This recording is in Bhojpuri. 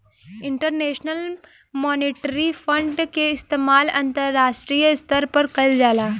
इंटरनेशनल मॉनिटरी फंड के इस्तमाल अंतरराष्ट्रीय स्तर पर कईल जाला